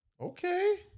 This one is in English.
Okay